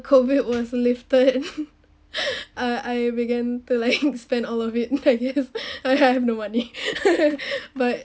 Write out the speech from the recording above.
COVID was lifted uh I began to like spend all of it I guess I have no money but